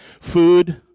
food